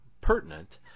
pertinent